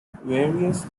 various